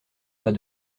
pas